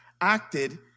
acted